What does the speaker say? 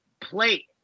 play